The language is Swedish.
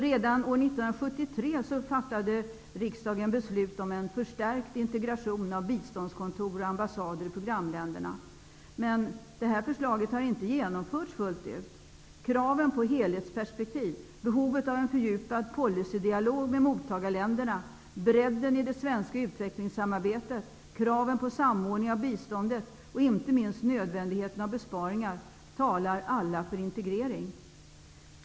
Redan år 1973 fattade riksdagen beslut om en förstärkt integration av biståndskontor och ambassader i programländerna. Men förslaget har inte genomförts fullt ut. Kraven på helhetsperspektiv, behovet av en fördjupad policydialog med mottagarländerna, bredden i det svenska utvecklingssamarbetet, kraven på samordning av biståndet och, inte minst, nödvändigheten av besparingar talar för en integrering.